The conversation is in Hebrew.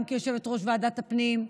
גם כיושבת-ראש ועדת הפנים,